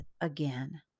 again